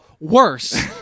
worse